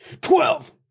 Twelve